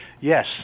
Yes